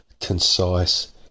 concise